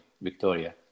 Victoria